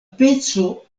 peco